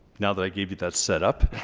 now that i gave you that set up.